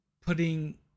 putting